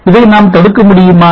இதை நாம் தடுக்க முடியுமா